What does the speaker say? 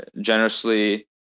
generously